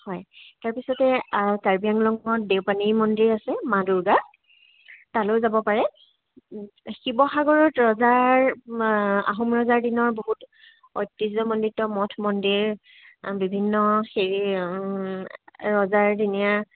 হয় তাৰপিছতে কাৰ্বি আংলঙত দেউপানী মন্দিৰ আছে মা দুৰ্গা তালৈ যাব পাৰে শিৱসাগৰত ৰজাৰ আহোম ৰজাৰ দিনৰ বহুতো ঐতিহ্যমণ্ডিত মঠ মন্দিৰ বিভিন্ন হেৰি ওম ৰজাৰদিনীয়া